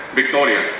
victoria